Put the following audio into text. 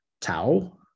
tau